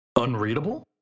Unreadable